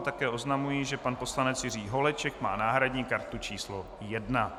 Také oznamuji, že pan poslanec Jiří Holeček má náhradní kartu číslo 1.